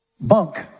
Bunk